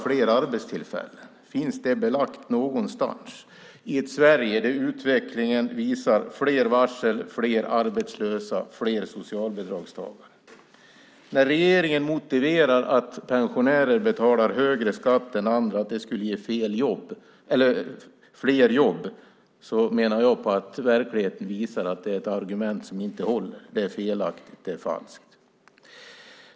Finns det belagt någonstans i ett Sverige där utvecklingen visar fler varsel, fler arbetslösa och fler socialbidragstagare? När regeringen motiverar att pensionärer betalar högre skatt än andra med att det skulle ge fler jobb menar jag att verkligheten visar att det är ett argument som inte håller. Det är felaktigt; det är falskt.